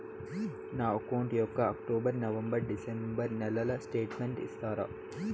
నా అకౌంట్ యొక్క October, November, December నెలల స్టేట్మెంట్ ఇస్తారా?